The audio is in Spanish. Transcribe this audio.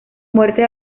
muerte